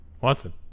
Watson